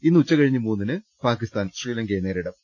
ഇന്ന് ഉച്ചതിരിഞ്ഞ് മൂന്നിന് പാകിസ്ഥാൻ ശ്രീലങ്കയെ നേരിടും